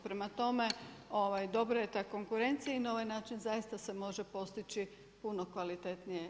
Prema tome, dobra je ta konkurencija i na ovaj način zaista se može postići puno kvalitetnije.